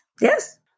Yes